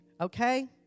Okay